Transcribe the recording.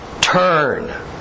Turn